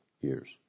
years